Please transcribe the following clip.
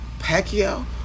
Pacquiao